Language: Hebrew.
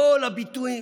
כל הביטויים.